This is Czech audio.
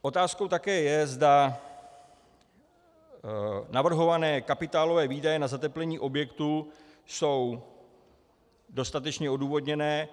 Otázkou také je, zda navrhované kapitálové výdaje na zateplení objektu jsou dostatečně odůvodněné.